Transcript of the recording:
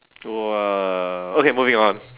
!wah! okay moving on